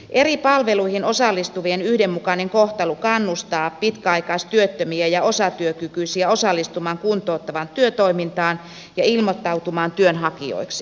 eri palveluihin osallistuvien yhdenmukainen kohtelu kannustaa pitkäaikaistyöttömiä ja osatyökykyisiä osallistumaan kuntouttavaan työtoimintaan ja ilmoittautumaan työnhakijoiksi